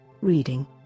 reading